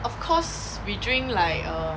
of course we drink like err